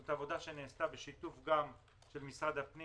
זה עבודה שנעשתה בשיתוף של משרד הפנים